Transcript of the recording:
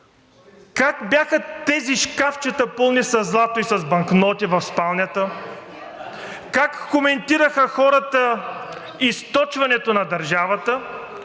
Как бяха тези шкафчета пълни със злато и с банкноти в спалнята? Как коментираха хората източването на държавата?